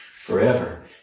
forever